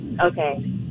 Okay